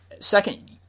Second